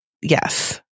Yes